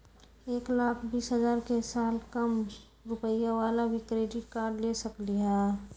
एक लाख बीस हजार के साल कम रुपयावाला भी क्रेडिट कार्ड ले सकली ह?